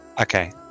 Okay